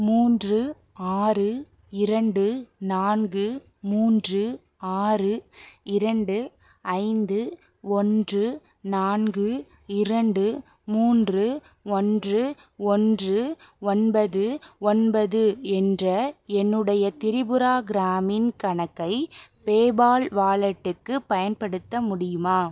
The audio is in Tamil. மூன்று ஆறு இரண்டு நான்கு மூன்று ஆறு இரண்டு ஐந்து ஒன்று நான்கு இரண்டு மூன்று ஒன்று ஒன்று ஒன்பது ஒன்பது என்ற என்னுடைய திரிபுரா கிராமின் கணக்கை பேபால் வாலெட்டுக்கு பயன்படுத்த முடியுமா